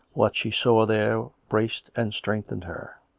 what she saw there braced and strengthened her.